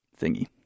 Thingy